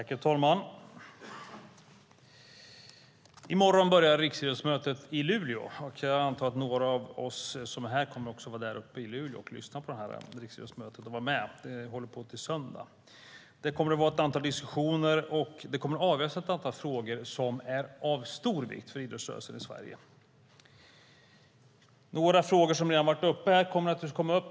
Herr talman! I morgon börjar riksidrottsmötet i Luleå. Jag antar att några av oss som är här kommer att vara uppe i Luleå och lyssna på och vara med vid riksidrottsmötet. Det håller på till söndagen. Det kommer att vara ett antal diskussioner, och det kommer att avgöras ett antal frågor som är av stor vikt för idrottsrörelsen i Sverige. Några frågor som redan har varit uppe här kommer att tas upp.